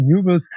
renewables